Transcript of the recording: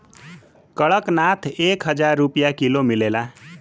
कड़कनाथ एक हजार रुपिया किलो मिलेला